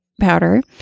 powder